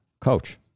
coach